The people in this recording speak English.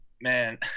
man